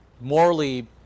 morally